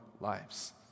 lives